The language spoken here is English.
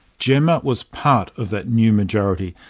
gemma was part of that new majority,